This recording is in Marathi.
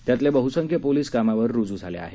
त्यातील बहुसंख्य पोलिस कामावर रुजू झाले आहेत